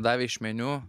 davė iš meniu